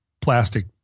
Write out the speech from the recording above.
plastic